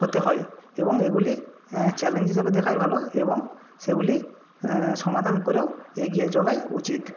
হতে হয় এবং এগুলি চ্যালেঞ্জ হিসাবে দেখাই ভালো এবং সেগুলি সমাধান করেও এগিয়ে চলাই উচিত